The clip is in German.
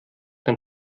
dann